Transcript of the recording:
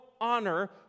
honor